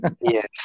Yes